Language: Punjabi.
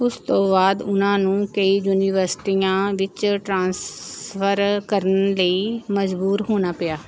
ਉਸ ਤੋਂ ਬਾਅਦ ਉਹਨਾਂ ਨੂੰ ਕਈ ਯੂਨੀਵਰਸਿਟੀਆਂ ਵਿੱਚ ਟਰਾਂਸਫਰ ਕਰਨ ਲਈ ਮਜ਼ਬੂਰ ਹੋਣਾ ਪਿਆ